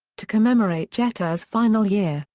to commemorate jeter's final year,